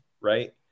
right